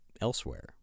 elsewhere